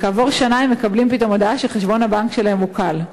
וכעבור שנה הם מקבלים פתאום הודעה שחשבון הבנק שלהם עוקל.